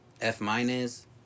F-minus